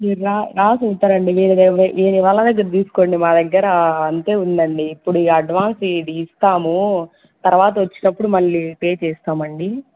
మీరు రా రాసి ఉంటారండి వ మీ వాళ్ళ దగ్గర తీసుకోండి మా దగ్గర అంతే ఉందండి ఇప్పుడు అడ్వాన్స్ ఇది ఇస్తాము తర్వాత వచ్చినప్పుడు మళ్ళీ పే చేస్తాం అండి